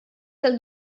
del